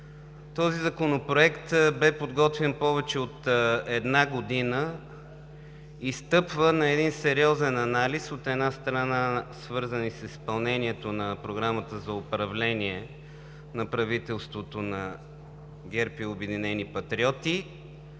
Този законопроект бе подготвян повече от една година и стъпва на един сериозен анализ, от една страна, свързан с изпълнението на Програмата за управление на правителството на ГЕРБ и „Обединени патриоти“,